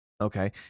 okay